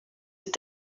your